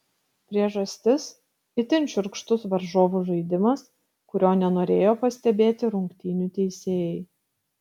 priežastis itin šiurkštus varžovų žaidimas kurio nenorėjo pastebėti rungtynių teisėjai